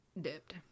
dipped